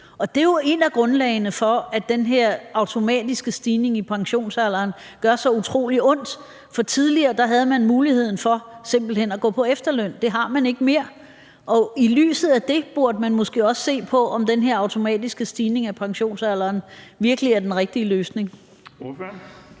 det er jo et af grundlagene for, at den her automatiske stigning i pensionsalderen gør så utrolig ondt. For tidligere havde man muligheden for simpelt hen at gå på efterløn. Det har man ikke mere, og i lyset af det burde man måske også se på, om den her automatiske stigning i pensionsalderen virkelig er den rigtige løsning.